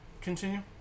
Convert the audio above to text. Continue